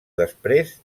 després